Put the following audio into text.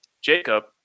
Jacob